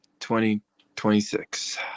2026